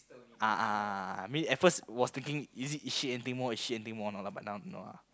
ah ah ah ah ah I mean at first was thinking is it is she anything more is she anything more but now no ah